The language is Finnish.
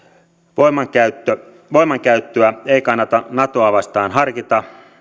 voimankäyttöä voimankäyttöä ei kannata natoa vastaan harkita